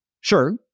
Sure